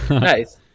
Nice